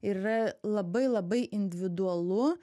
ir yra labai labai individualu